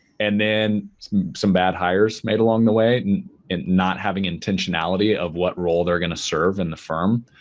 and then some bad hires made along the way and not having intentionality of what role they're going to serve in the firm.